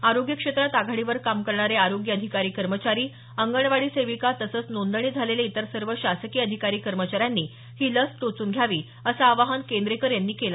आरोग्य क्षेत्रात आघाडीवर काम करणारे आरोग्य अधिकारी कर्मचारी अंगणवाडी सेविका तसंच नोंदणी झालेले इतर सर्व शासकीय अधिकारी कर्मचाऱ्यांनी ही लस टोचून घ्यावी असं आवाहन केंद्रेकर यांनी केलं